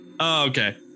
Okay